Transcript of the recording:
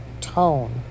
tone